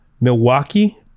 Milwaukee